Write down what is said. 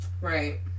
Right